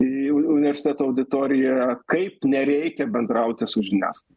į universiteto auditoriją kaip nereikia bendrauti su žiniasklaida